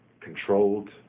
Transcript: controlled